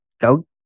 go